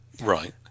right